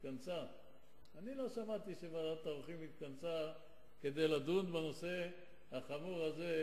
אני לא שמעתי שוועדת העורכים התכנסה כדי לדון בנושא החמור הזה,